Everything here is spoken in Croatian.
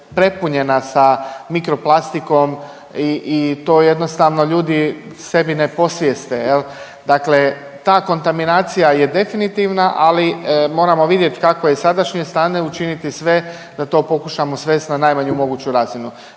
prepunjena sa mikroplastikom i, i to jednostavno ljudi ne posvjeste jel. Dakle ta kontaminacija je definitivna ali moramo vidjeti kakvo je sadašnje stanje, učiniti sve da to pokušamo svest na najmanju moguću razinu.